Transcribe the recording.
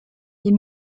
est